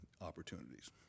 opportunities